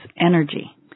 energy